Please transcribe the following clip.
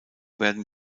werden